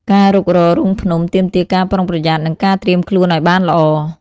ការរុករករូងភ្នំទាមទារការប្រុងប្រយ័ត្ននិងការត្រៀមខ្លួនឱ្យបានល្អ។